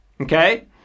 Okay